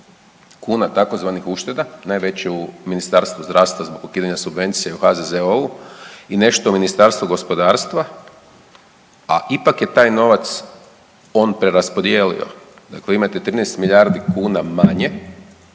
kuna tzv. ušteda, najveće u Ministarstvu zdravstvo zbog ukidanja subvencija u HZZO-u i nešto u Ministarstvu gospodarstva, a ipak je taj novac on preraspodijelio. Dakle imate 13 milijardi kuna manje